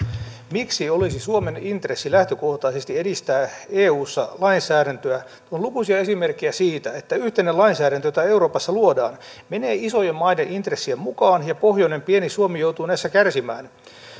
miksi olisi suomen intressi lähtökohtaisesti edistää eussa lainsäädäntöä on lukuisia esimerkkejä siitä että yhteinen lainsäädäntö jota euroopassa luodaan menee isojen maiden intressien mukaan ja pohjoinen pieni suomi joutuu näissä kärsimään